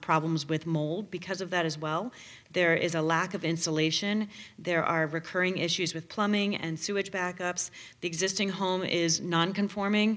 problems with mold because of that as well there is a lack of insulation there are recurring issues with plumbing and sewage backups existing home is nonconforming